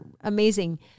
amazing